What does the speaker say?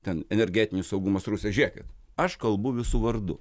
ten energetinis saugumas rusija žiūrėkit aš kalbu visų vardu